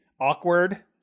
awkward